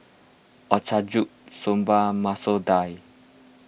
Ochazuke Soba Masoor Dal